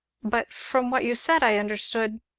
but from what you said i understood